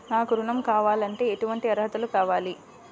నాకు ఋణం కావాలంటే ఏటువంటి అర్హతలు కావాలి?